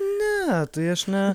ne tai aš ne